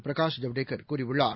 பிரகாஷ் ஜவ்டேகர் கூறியுள்ளார்